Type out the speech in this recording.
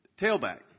Tailback